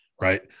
right